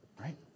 right